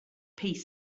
piece